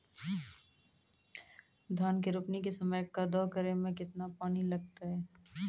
धान के रोपणी के समय कदौ करै मे केतना पानी लागतै?